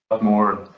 more